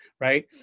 right